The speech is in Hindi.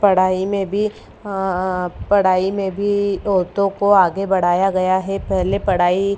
पढ़ाई में भी पढ़ाई में भी औरतों को आगे बढ़ाया गया है पहले पढ़ाई